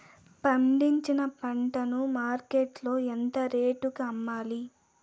పండించిన పంట ను మార్కెట్ లో ఎంత రేటుకి అమ్మాలి?